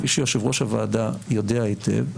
כפי שיושב-ראש הוועדה יודע היטב,